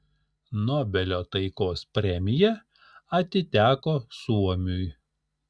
nobelio taikos premija atiteko suomiui